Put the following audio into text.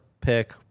pick